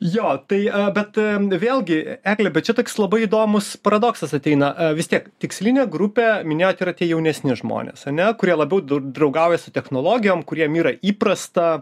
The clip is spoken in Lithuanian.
jo tai bet jam vėlgi egle bet čia toks labai įdomus paradoksas ateina vis tiek tikslinė grupė minėjot yra tie jaunesni žmonės ane kurie labiau draugauja su technologijom kuriem yra įprasta